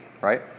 right